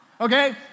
Okay